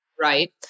right